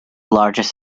largest